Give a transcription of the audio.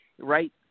right